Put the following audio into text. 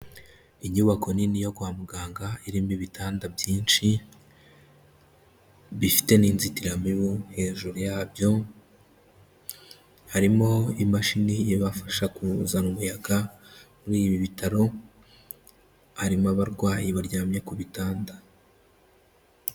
Inyubako nini yo kwa muganga irimo ibitanda byinshi, bifite n'inzitiramibu hejuru yabyo, harimo imashini ibafasha kuzana umuyaga muri ibi bitaro, harimo abarwayi baryamye ku bitanda.